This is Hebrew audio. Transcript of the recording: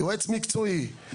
יועץ מקצועי,